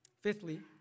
Fifthly